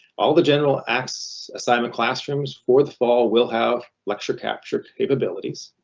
all the general x assignment classrooms for the fall will have lecture capture capabilities.